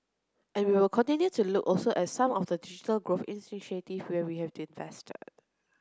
and we would continue to look also at some of the growth initiative where we have invested